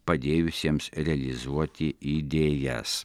padėjusiems realizuoti idėjas